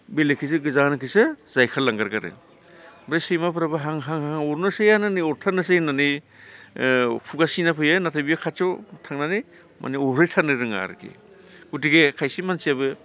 बेलेकखैसो गोजानखैसो जायखारलांगारगारो ओमफ्राय सैमाफोराबो हां हां हां अरनोसैयानो नै अरथारनोसै होननानै खुगा सिना फैयो नाथाय बियो खाथियाव थांनानै माने अरहैथारनो रोङा आरो गतिके खायसे मानसियाबो